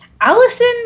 Allison